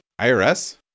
IRS